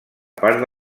part